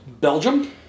Belgium